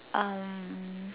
um